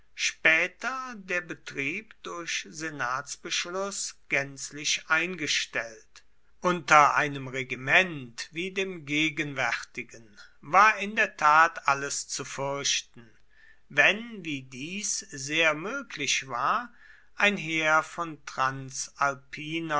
später der betrieb durch senatsbeschluß gänzlich eingestellt unter einem regiment wie dem gegenwärtigen war in der tat alles zu fürchten wenn wie dies sehr möglich war ein heer von transalpinern